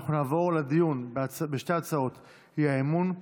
אנחנו נעבור לדיון בשתי הצעות האי-אמון.